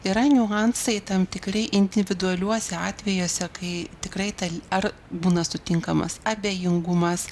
yra niuansai tam tikri individualiuose atvejuose kai tikrai tal ar būna sutinkamas abejingumas